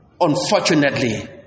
Unfortunately